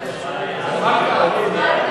מה אכפת לך.